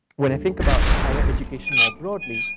when i think about higher education more broadly,